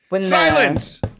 Silence